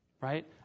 right